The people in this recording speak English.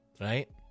Right